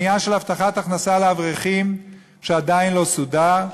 העניין של הבטחת הכנסה לאברכים שעדיין לא סודר,